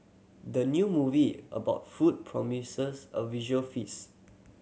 the new movie about food promises a visual feast